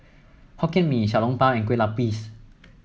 Hokkien Mee Xiao Long Bao and Kueh Lupis